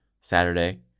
Saturday